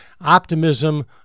optimism